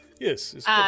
Yes